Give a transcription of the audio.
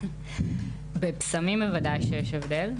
בבשמים בוודאי יש הבדל.